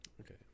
Okay